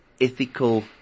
ethical